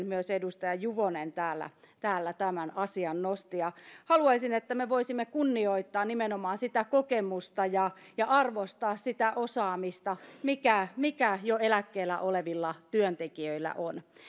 myös edustaja juvonen täällä täällä tämän asian nosti se on itsellekin hyvin tuttu haluaisin että me voisimme kunnioittaa nimenomaan sitä kokemusta ja ja arvostaa sitä osaamista mikä mikä jo eläkkeellä olevilla työntekijöillä on